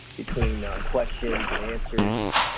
between ah, questions and answers,